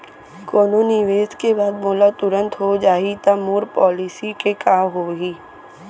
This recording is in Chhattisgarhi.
कोनो निवेश के बाद मोला तुरंत हो जाही ता मोर पॉलिसी के का होही?